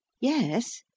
yes